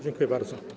Dziękuję bardzo.